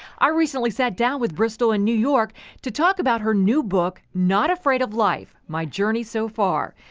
i recently sat down with bristol in new york to talk about her new book, not afraid of life, my journey so far,